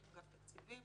עם אגף תקציבים,